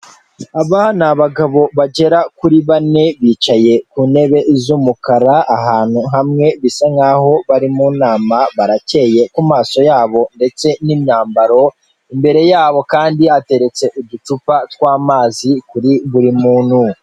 Aba ni abagabo bagera kuri bane bicaye ku ntebe z'umukara ahantu hamwe bisa nk'aho bari mu nama barakeye ku maso yabo ndetse n'imyambaro, imbere y'abo kandi hateretse uducupa tw'amazi kuri buri muntu.